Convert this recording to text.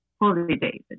holiday